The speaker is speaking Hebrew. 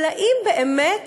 אבל האם באמת